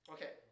Okay